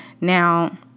Now